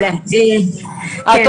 בבקשה.